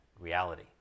reality